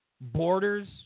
Borders